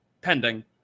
pending